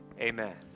amen